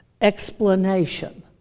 explanation